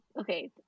okay